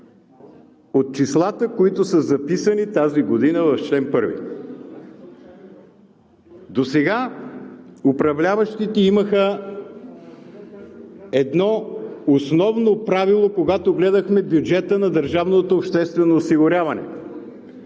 от числата, които са записани в чл. 1? Управляващите имаха едно основно правило, когато гледаме бюджета на държавното обществено осигуряване,